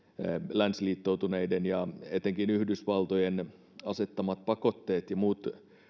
länsiliittoutuneiden ja etenkin yhdysvaltojen asettamat pakotteet ja muut